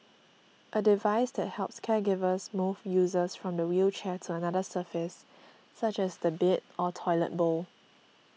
a device that helps caregivers move users from the wheelchair to another surface such as the bed or toilet bowl